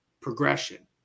progression